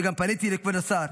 וגם פניתי לכבוד השר,